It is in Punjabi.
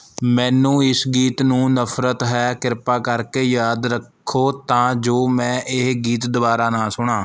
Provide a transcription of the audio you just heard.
ਮੈਨੂੰ ਇਸ ਗੀਤ ਨੂੰ ਨਫ਼ਰਤ ਹੈ ਕਿਰਪਾ ਕਰਕੇ ਯਾਦ ਰੱਖੋ ਤਾਂ ਜੋ ਮੈਂ ਇਹ ਗੀਤ ਦੁਬਾਰਾ ਨਾ ਸੁਣਾਂ